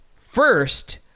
first